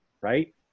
right